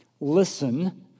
Listen